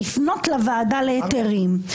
לפנות לוועדה להיתרים,